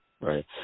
Right